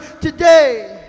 today